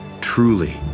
Truly